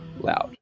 loud